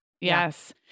yes